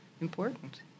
important